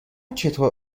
چطور